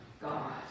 God